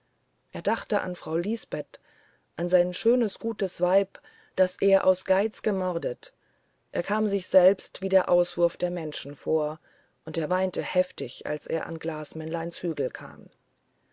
er dachte an frau lisbeth sein schönes gutes weib das er aus geiz gemordet er kam sich selbst wie der auswurf der menschen vor und er weinte heftig als er an glasmännleins hügel kam